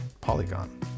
polygon